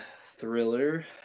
thriller